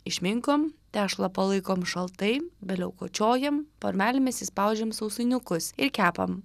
išminkom tešlą palaikom šaltai vėliau kočiojam formelėmis įspaudžiam sausainiukus ir kepam